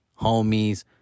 homies